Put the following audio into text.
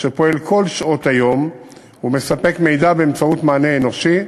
שפועל כל שעות היום ומספק מידע באמצעות מענה אנושי